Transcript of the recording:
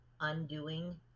Undoing